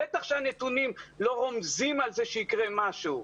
בטח שהנתונים לא רומזים על זה שיקרה משהו.